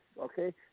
okay